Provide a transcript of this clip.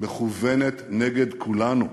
מכוונת נגד כולנו,